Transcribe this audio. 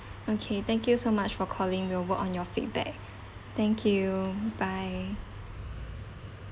okay thank you so much for calling we will work on your feedback thank you bye